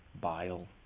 bile